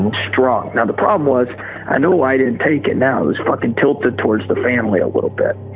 and strong. now the problem was i knew i didn't take it. now it's fucking tilted towards the family a little bit.